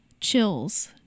chills